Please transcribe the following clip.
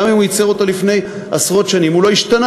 וגם אם הוא יצר אותו לפני עשרות שנים הוא לא השתנה.